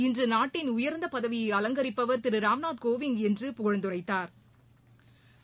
இன்று நாட்டின் உயர்ந்த பதவியை அலங்கரிப்பவர் திரு ராம்நாத் கோவிந்த் என்று புகழ்ந்துரைத்தாா்